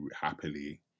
happily